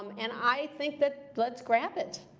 um and i think that, let's grab it.